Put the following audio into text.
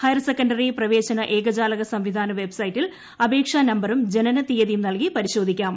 higher secondary പ്രവേശന ഏകജാലക സംവിധാന വെബ്സൈറ്റിൽ അപേക്ഷാനമ്പറും ജനനതീയതിയും നൽകി പരിശോധിക്കാം